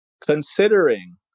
Considering